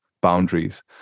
boundaries